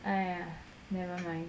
!aiya! never mind